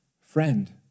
friend